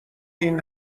این